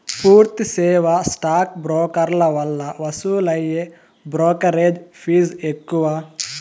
పూర్తి సేవా స్టాక్ బ్రోకర్ల వల్ల వసూలయ్యే బ్రోకెరేజ్ ఫీజ్ ఎక్కువ